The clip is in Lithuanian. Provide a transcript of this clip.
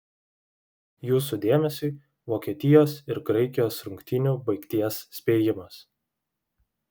jūsų dėmesiui vokietijos ir graikijos rungtynių baigties spėjimas